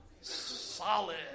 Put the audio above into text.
Solid